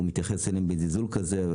הוא מתייחס אליהם בזלזול כזה,